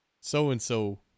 so-and-so